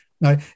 Now